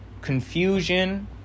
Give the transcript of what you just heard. confusion